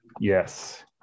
Yes